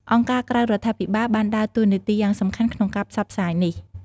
អង្គការក្រៅរដ្ឋាភិបាល បានដើរតួនាទីយ៉ាងសំខាន់ក្នុងការផ្សព្វផ្សាយនេះ។